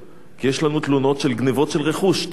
יש לנו תלונות על גנבות של רכוש תוך כדי.